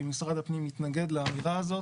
משרד הפנים מתנגד לאמירה הזאת.